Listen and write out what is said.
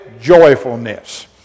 joyfulness